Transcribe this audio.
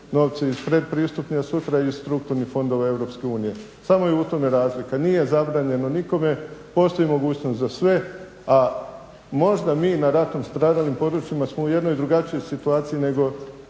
novce iz pretpristupnih, a sutra iz strukturnih fondova Europske unije. Samo je u tome razlika. Nije zabranjeno nikome, postoji mogućnost za sve, a možda mi na ratom stradalim područjima smo u jednoj drugačijoj situaciji nego